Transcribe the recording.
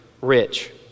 rich